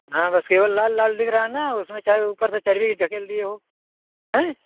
हाँ बस केवल लाल लाल दिख रहा है न उसमें चाहे ऊपर से चर्बी ढकेल दिए हो